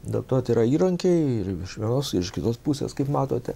dėl to tai yra įrankiai ir iš vienos ir iš kitos pusės kaip matote